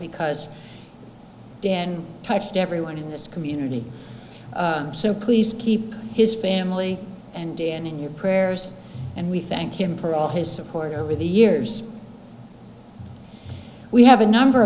because dan touched everyone in this community so please keep his family and dan in your prayers and we thank him for all his support over the years we have a number